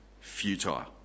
futile